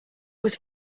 was